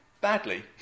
badly